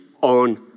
on